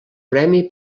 premi